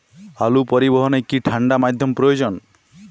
আলু পরিবহনে কি ঠাণ্ডা মাধ্যম প্রয়োজন?